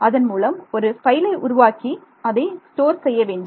அதன் மூலம் ஒரு பைலை உருவாக்கி அதை ஸ்டோர் செய்ய வேண்டும்